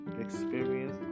experience